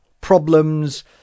problems